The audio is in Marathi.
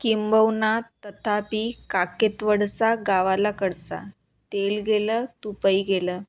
किंबहुना तथापि काखेत वळसा गावाला कळसा तेल गेलं तुपही गेलं